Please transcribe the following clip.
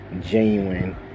genuine